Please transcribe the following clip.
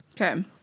Okay